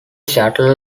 shuttle